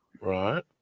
right